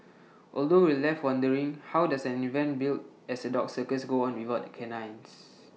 although we left wondering how does an event billed as A dog circus go on without the canines